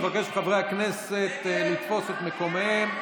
אני מבקש מחברי הכנסת לתפוס את מקומותיהם.